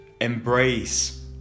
embrace